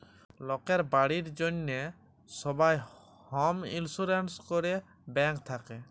লকের বাড়ির জ্যনহে সবাই হম ইলসুরেলস ক্যরে ব্যাংক থ্যাকে